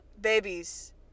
babies